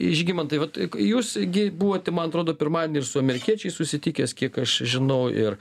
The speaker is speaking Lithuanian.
žygimantai vat jūs gi buvote man atrodo pirmadienį ir su amerikiečiais susitikęs kiek aš žinau ir